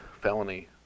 felony